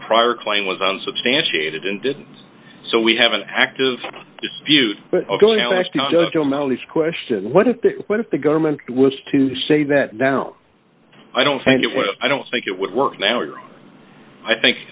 prior claim was unsubstantiated and didn't so we have an active dispute question what if what if the government was to say that now i don't think it will i don't think it would work now i think